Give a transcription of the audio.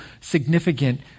significant